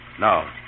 Now